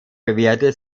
bewährte